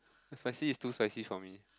the spicy is too spicy for me